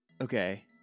Okay